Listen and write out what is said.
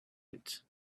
pits